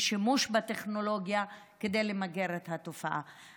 ושנעשה שימוש בטכנולוגיה כדי למגר את התופעה.